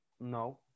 No